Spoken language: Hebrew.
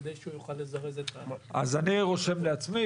על מנת שהוא יוכל לזרז את ה- -- אז אני רושם לעצמי,